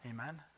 Amen